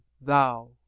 thou